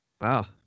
Wow